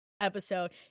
episode